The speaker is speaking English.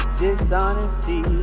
dishonesty